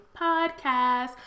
Podcast